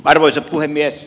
arvoisa puhemies